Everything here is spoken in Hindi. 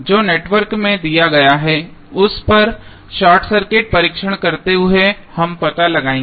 जो नेटवर्क हमें दिया गया है उस पर शॉर्ट सर्किट परीक्षण करते हुए हम पता लगाएंगे